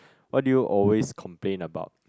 what do you always complain about